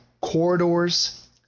corridors